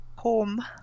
home